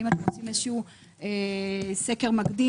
האם אתם עושים איזה שהוא סקר מקדים,